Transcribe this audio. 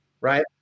right